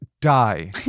die